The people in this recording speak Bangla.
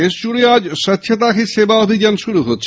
দেশ জুড়ে আজ স্বচ্ছতা হি সেবা অভিযান শুরু হচ্ছে